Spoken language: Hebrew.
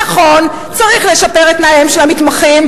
נכון, צריך לשפר את תנאיהם של המתמחים.